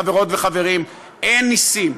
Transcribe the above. חברות וחברים, אין נסים,